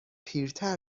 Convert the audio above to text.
پیرتر